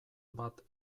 bat